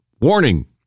Warning